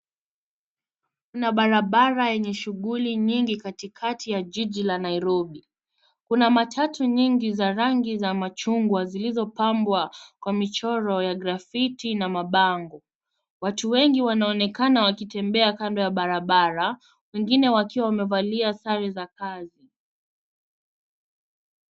Kuna barabara yenye shughuli nyingi katikati ya jiji la Nairobi. Kuna matatu nyingi za rangi za machungwa zilizopambwa kwa michoro ya graffiti na mabango. Watu wengi wanaonekana wakitembea kando ya barabara, wengine wakiwa wamevalia sare za kazi.